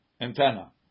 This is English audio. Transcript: antenna